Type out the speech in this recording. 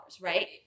right